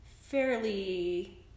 fairly